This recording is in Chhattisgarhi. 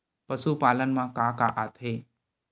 पशुपालन मा का का आथे?